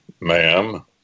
ma'am